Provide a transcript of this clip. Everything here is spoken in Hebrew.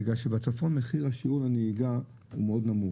בגלל שבצפון מחיר שיעור הנהיגה מאוד נמוך,